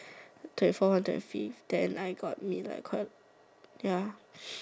twenty fourth to twenty fifth then I got midnight car ya